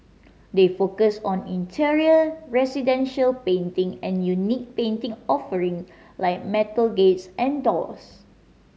they focus on interior residential painting and unique painting offering like metal gates and doors